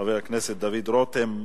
חבר הכנסת דוד רותם.